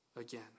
again